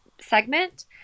segment